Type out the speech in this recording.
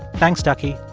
thanks, ducky.